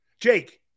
Jake